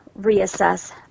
reassess